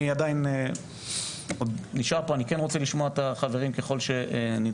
אני נשאר פה ורוצה לשמוע את כל החברים ככל שנדרש.